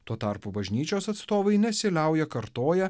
tuo tarpu bažnyčios atstovai nesiliauja kartoję